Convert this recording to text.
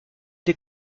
des